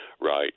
right